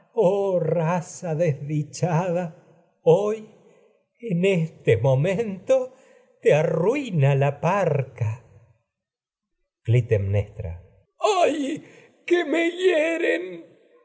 raza desdichada hoy en momento te arruina la parca clitemnestra ay que me hieren